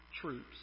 troops